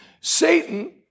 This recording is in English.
Satan